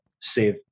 save